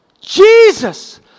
Jesus